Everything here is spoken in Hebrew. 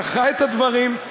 זכרה את הדברים,